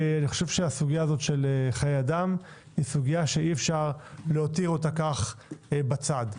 הסוגיה של חיי אדם אי אפשר להותירה כך בצד.